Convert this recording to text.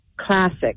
classic